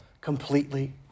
completely